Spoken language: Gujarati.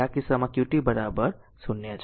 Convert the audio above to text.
તેથી આ કિસ્સામાં qt 0 છે